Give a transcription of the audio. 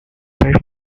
perto